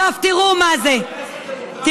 תראו מה זה, מה זה?